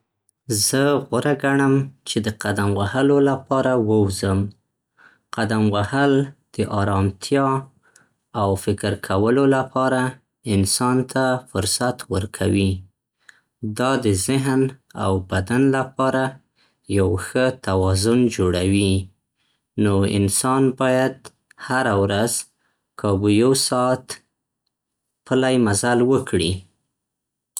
زه غوره ګڼم چې د قدم وهلو لپاره ووځم. قدم وهل د آرامتیا او فکر کولو لپاره انسان ته فرصت ورکوي. دا د ذهن او بدن لپاره یو ښه توازن جوړوي. نو انسان بايد هره ورځ کابو يو ساعت پلی مزل وکړي.